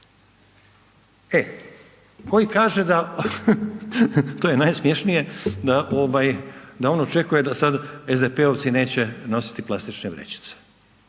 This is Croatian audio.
E koji kaže da, to je najsmiješnije da, on očekuje da sad SDP-ovci neće nositi plastične vrećice.